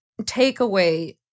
takeaway